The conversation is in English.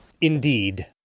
Indeed